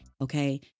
Okay